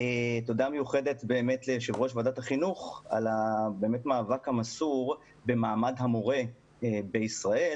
תודה מיוחדת ליושב ראש ועדת החינוך על המאבק המסור במעמד המורה בישראל